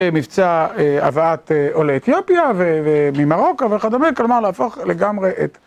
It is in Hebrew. מבצע הבאת עולה אתיופיה, וממרוקו, וכדומה, כלומר להפוך לגמרי את...